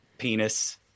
penis